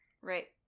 Right